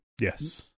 Yes